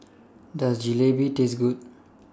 Does Jalebi Taste Good